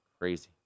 Crazy